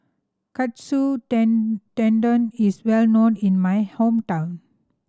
Katsu Tendon is well known in my hometown